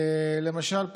למשל,